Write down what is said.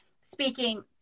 speaking